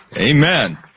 amen